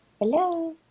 Hello